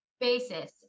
basis